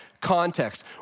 context